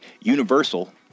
Universal